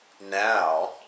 now